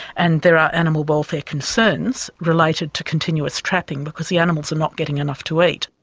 and there are animal welfare concerns related to continuous trapping because the animals are not getting enough to eat.